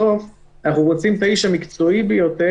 בסוף אנחנו רוצים את האיש המקצועי ביותר,